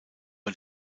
ein